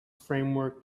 pronounced